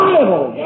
Bible